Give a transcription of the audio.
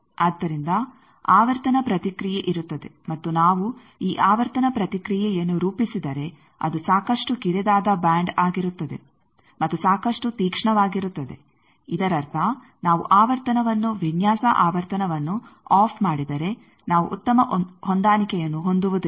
ಆದ್ದರಿಂದ ಆವರ್ತನ ಪ್ರತಿಕ್ರಿಯೆ ಇರುತ್ತದೆ ಮತ್ತು ನಾವು ಈ ಆವರ್ತನ ಪ್ರತಿಕ್ರಿಯೆಯನ್ನು ರೂಪಿಸಿದರೆ ಅದು ಸಾಕಷ್ಟು ಕಿರಿದಾದ ಬ್ಯಾಂಡ್ ಆಗಿರುತ್ತದೆ ಮತ್ತು ಸಾಕಷ್ಟು ತೀಕ್ಷ್ಣವಾಗಿರುತ್ತದೆ ಇದರರ್ಥ ನಾವು ಆವರ್ತನವನ್ನು ವಿನ್ಯಾಸ ಆವರ್ತನವನ್ನು ಆಫ್ ಮಾಡಿದರೆ ನಾವು ಉತ್ತಮ ಹೊಂದಾಣಿಕೆಯನ್ನು ಹೊಂದುವುದಿಲ್ಲ